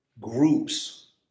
groups